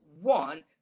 one